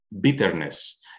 bitterness